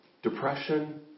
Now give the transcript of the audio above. Depression